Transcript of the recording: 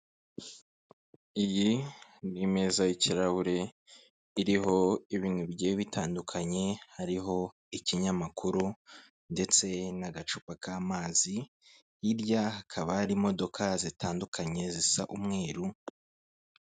Iyi ni imeza y'ikirahure iriho ibintu bigiye bitandukanye, hariho ikinyamakuru ndetse n'agacupa k'amazi, hirya hakaba hari imodoka zitandukanye zisa umweru.